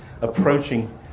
approaching